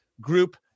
group